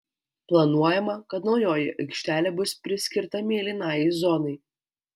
planuojama kad naujoji aikštelė bus priskirta mėlynajai zonai